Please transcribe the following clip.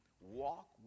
walk